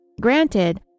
Granted